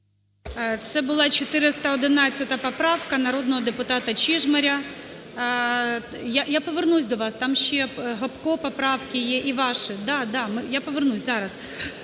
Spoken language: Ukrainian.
Це була 411 поправка народного депутата Чижмаря. Я повернусь до вас. Там ще Гопко поправки є і ваші. Да, да, ми… я повернусь, зараз.